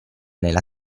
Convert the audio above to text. nella